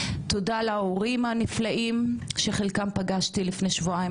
תודה להורים הנפלאים שחלקם פגשתי לפני שבועיים